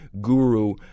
guru